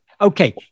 Okay